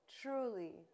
truly